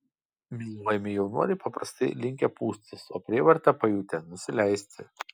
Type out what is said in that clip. myluojami jaunuoliai paprastai linkę pūstis o prievartą pajutę nusileisti